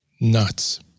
nuts